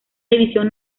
división